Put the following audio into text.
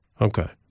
Okay